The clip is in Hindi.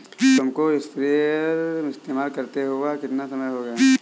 तुमको स्प्रेयर इस्तेमाल करते हुआ कितना समय हो गया है?